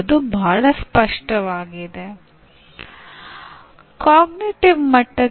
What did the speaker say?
ಬಾಹ್ಯ ಘಟನೆಗಳ ವಿನ್ಯಾಸಕ್ಕೆ ಕಲಿಕೆಯ ತತ್ವಗಳನ್ನು ಅನ್ವಯಿಸುವವರು ಸೂಚನಾ ವಿನ್ಯಾಸಕಾರರು